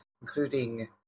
including